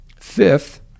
Fifth